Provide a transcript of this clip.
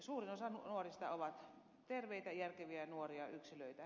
suurin osa nuorista on terveitä järkeviä nuoria yksilöitä